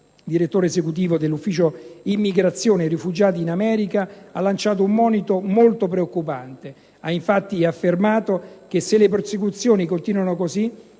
direttore esecutivo dell'Ufficio immigrazione e rifugiati in America, ha lanciato un monito molto preoccupante. Ha infatti affermato che « se le persecuzioni continuano così,